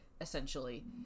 essentially